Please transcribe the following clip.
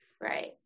right